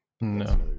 No